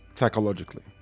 Psychologically